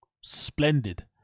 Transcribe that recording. splendid